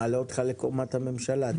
תעלה לקומת הממשלה.